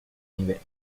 nivel